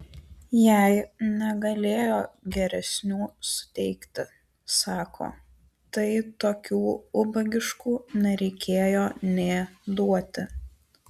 jei negalėjo geresnių suteikti sako tai tokių ubagiškų nereikėjo nė duoti